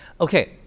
Okay